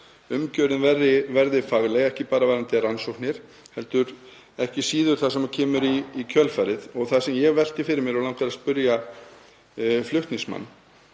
umgjörðin verði fagleg, ekki bara varðandi rannsóknir heldur ekki síður það sem kemur í kjölfarið. Það sem ég velti fyrir mér og langar að spyrja flutningsmann